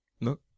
No